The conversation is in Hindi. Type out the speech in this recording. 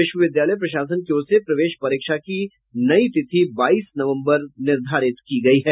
विश्वविद्यालय प्रशासन की ओर से प्रवेश परीक्षा की नई तिथि बाईस नवम्बर निर्धारित की गयी है